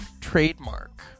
trademark